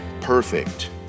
perfect